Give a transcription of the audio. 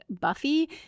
Buffy